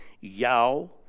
Yao